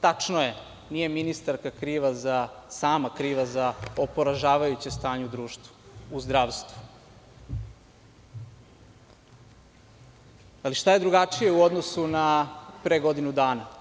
Tačno je, nije ministarka sama kriva za ovo poražavajuće stanje u društvu, u zdravstvu, ali šta je drugačije u odnosu na pre godinu dana?